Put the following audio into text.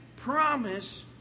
promise